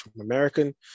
American